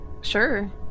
sure